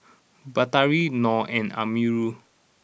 Batari Nor and Amirul